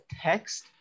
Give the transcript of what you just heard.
text